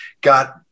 got